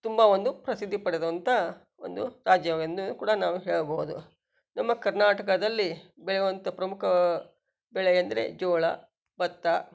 ತುಂಬ ಒಂದು ಪ್ರಸಿದ್ಧಿ ಪಡೆದಂಥ ಒಂದು ರಾಜ್ಯವೆಂದು ಕೂಡ ನಾವು ಹೇಳಬಹುದು ನಮ್ಮ ಕರ್ನಾಟಕದಲ್ಲಿ ಬೆಳೆಯುವಂಥ ಪ್ರಮುಖ ಬೆಳೆ ಎಂದರೆ ಜೋಳ ಭತ್ತ